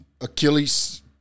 Achilles